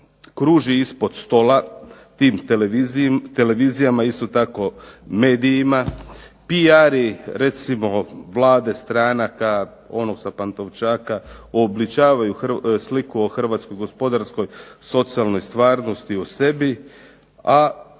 kruži ispod stola. Tim televizijama isto tako medijima, PR-i recimo Vlade, stranaka, onog sa Pantovčaka uobličavaju sliku o hrvatskoj gospodarskoj socijalnoj stvarnosti o sebi, a